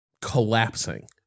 collapsing